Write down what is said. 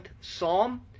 psalm